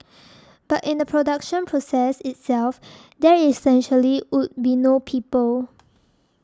but in the production process itself there essentially would be no people